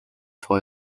toy